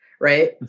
right